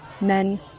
Men